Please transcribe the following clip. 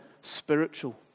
spiritual